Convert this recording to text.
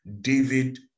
david